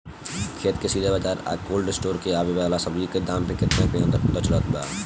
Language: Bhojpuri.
खेत से सीधा बाज़ार आ कोल्ड स्टोर से आवे वाला सब्जी के दाम में केतना के अंतर चलत बा?